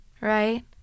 right